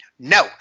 No